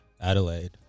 Adelaide